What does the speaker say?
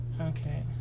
Okay